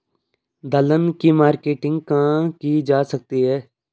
दलहन की मार्केटिंग कहाँ की जा सकती है?